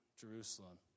Jerusalem